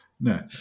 No